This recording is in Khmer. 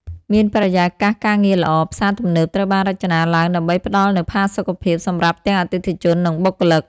មានបរិយាកាសការងារល្អ ផ្សារទំនើបត្រូវបានរចនាឡើងដើម្បីផ្ដល់នូវផាសុកភាពសម្រាប់ទាំងអតិថិជន និងបុគ្គលិក។